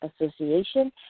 Association